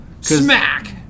Smack